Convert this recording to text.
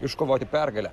iškovoti pergalę